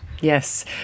Yes